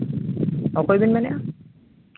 ᱚᱠᱚᱭ ᱵᱤᱱ ᱢᱮᱱ ᱮᱫᱟ